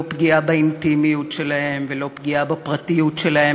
פגיעה באינטימיות שלהם ולא פגיעה בפרטיות שלהם.